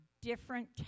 different